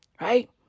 Right